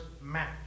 match